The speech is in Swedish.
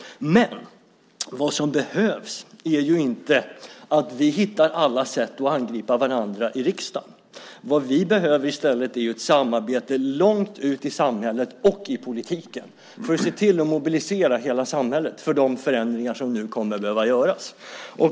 Men vad som behövs är inte att vi hittar alla sätt att angripa varandra i riksdagen. Vad vi behöver är i stället ett samarbete långt ut i samhället och i politiken för att se till att mobilisera hela samhället för de förändringar som nu kommer att behöva göras.